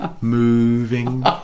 moving